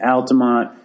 Altamont